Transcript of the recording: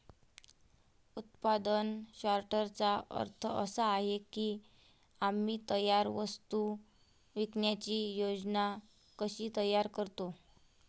उत्पादन सॉर्टर्सचा अर्थ असा आहे की आम्ही तयार वस्तू विकण्याची योजना कशी तयार करतो